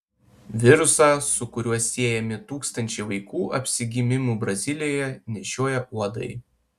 virusą su kuriuo siejami tūkstančiai vaikų apsigimimų brazilijoje nešioja uodai